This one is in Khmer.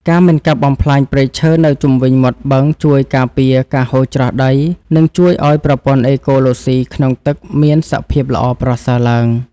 ការមិនកាប់បំផ្លាញព្រៃឈើនៅជុំវិញមាត់បឹងជួយការពារការហូរច្រោះដី និងជួយឱ្យប្រព័ន្ធអេកូឡូស៊ីក្នុងទឹកមានសភាពល្អប្រសើរឡើង។